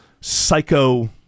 psycho